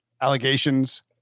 allegations